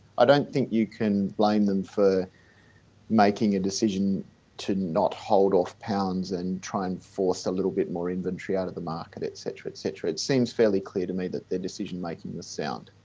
i don't think you can blame them for making a decision to not hold off pounds and try and force a little bit more inventory out of the market, et cetera, et cetera. it seems fairly clear to me that their decision-making is sound.